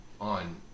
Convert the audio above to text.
on